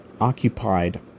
occupied